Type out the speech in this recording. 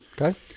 Okay